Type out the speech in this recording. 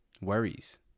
worries